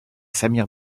samir